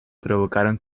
provocaron